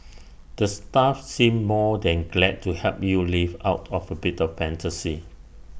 the staff seem more than glad to help you live out of A bit of fantasy